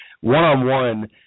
One-on-one